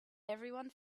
everyone